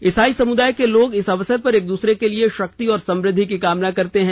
इसाई समुदाय के लोग इस अवसर पर एक दूसरे के लिए शक्ति और समुद्धि की कामना करते हैं